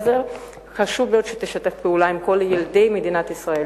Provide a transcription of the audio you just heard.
חשוב מאוד שתשתף פעולה עם כל ילדי מדינת ישראל.